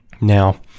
Now